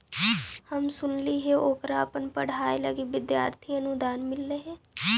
हम सुनलिइ हे ओकरा अपन पढ़ाई लागी विद्यार्थी अनुदान मिल्लई हल